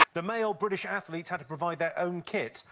the male british athletes had to provide their own kit.